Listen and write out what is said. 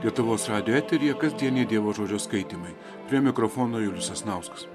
lietuvos radijo eteryje kasdieniai dievo žodžio skaitymai prie mikrofono julius sasnauskas